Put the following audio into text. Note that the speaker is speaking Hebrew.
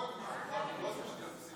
עברה והיא תועבר לדיון בוועדת העבודה והרווחה.